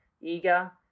eager